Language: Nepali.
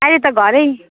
अहिले त घरै